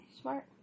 Smart